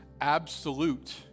absolute